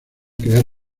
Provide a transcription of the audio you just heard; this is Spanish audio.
crear